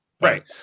Right